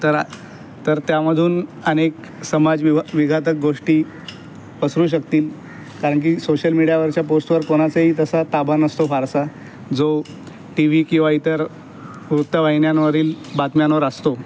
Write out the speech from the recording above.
तर तर त्यामधून अनेक समाजविवा विघातक गोष्टी पसरू शकतील कारण की सोशल मिडीयावरच्या पोस्टवर कोणाचाही तसा ताबा नसतो फारसा जो टी व्ही किंवा इतर वृत्तवाहिन्यांवरील बातम्यांवर असतो